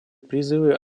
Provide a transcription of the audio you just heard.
призывы